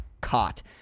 caught